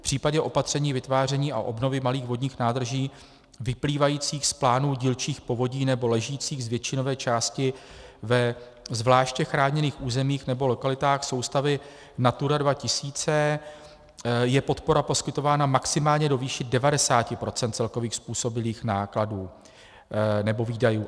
V případě opatření vytváření a obnovy malých vodních nádrží vyplývajících z plánů z dílčích povodí nebo ležících z většinové části ve zvláště chráněných územích nebo lokalitách soustavy Natura 2000 je podpora poskytována maximálně do výše 90 % celkových způsobilých nákladů nebo výdajů.